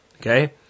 okay